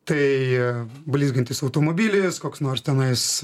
tai blizgantis automobilis koks nors tenais